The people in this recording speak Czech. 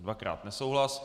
Dvakrát nesouhlas.